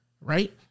right